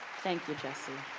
thank you, jesse.